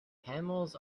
camels